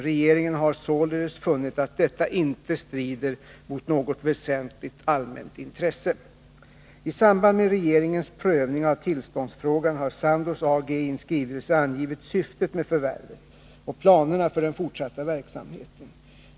Regeringen har således funnit att detta inte strider mot något väsentligt allmänt intresse. I samband med regeringens prövning av tillståndsfrågan har Sandoz A. G. i en skrivelse angivit syftet med förvärvet och planerna för den fortsatta verksamheten.